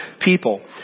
people